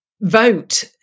vote